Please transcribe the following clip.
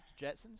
Jetsons